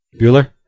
Bueller